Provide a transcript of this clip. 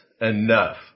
enough